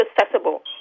accessible